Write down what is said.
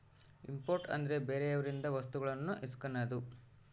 import ಅಂದ್ರೆ ಬೇರೆಯವರಿಂದ ವಸ್ತುಗಳನ್ನು ಇಸ್ಕನದು